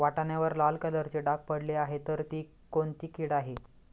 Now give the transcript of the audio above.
वाटाण्यावर लाल कलरचे डाग पडले आहे तर ती कोणती कीड आहे?